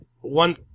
one